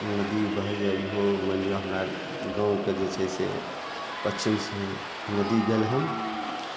नदी बहैए इहो मानि लिअऽ हमरा गामके जे छै से पच्छिमसे नदी गेल हँ